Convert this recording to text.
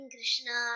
Krishna